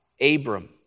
Abram